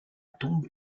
tombe